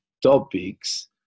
topics